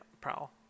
prowl